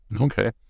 Okay